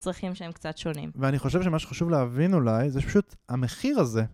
צרכים שהם קצת שונים. ואני חושב שמה שחשוב להבין אולי זה פשוט המחיר הזה.